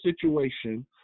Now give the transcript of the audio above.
situation